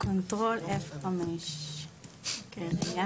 כדי שנהיה